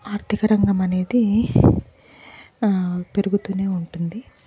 ఆర్థిక రంగం అనేది పెరుగుతూనే ఉంటుంది